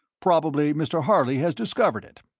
probably mr. harley has discovered it.